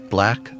Black